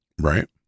Right